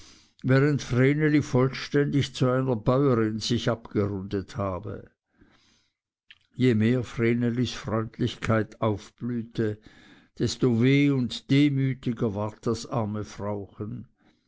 vreneli vollständig zu einer bäuerin sich abgerundet habe je mehr vrenelis freundlichkeit aufblühte desto weh und demütiger ward das arme frauchen